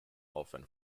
often